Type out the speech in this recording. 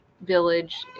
village